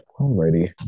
Alrighty